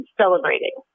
celebrating